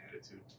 attitude